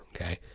Okay